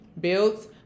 builds